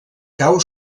cau